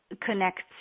connects